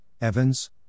Evans